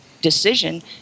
decision